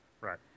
Right